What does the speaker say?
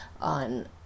on